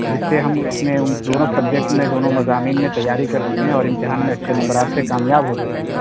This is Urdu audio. جس سے ہم اپنے ان دونوں سبجیکٹ میں دونوں مضامین میں تیاری کر سکیں اور امتحان میں اچھے نمبرات سے کامیاب ہو سکیں